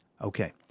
Okay